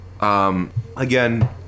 Again